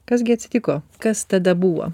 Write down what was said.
kas gi atsitiko kas tada buvo